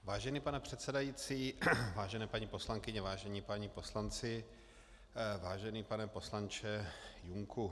Vážený pane předsedající, vážené paní poslankyně, vážení páni poslanci, vážený pane poslanče Junku.